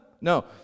No